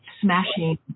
smashing